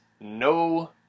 no